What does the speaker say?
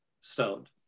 stoned